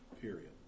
Period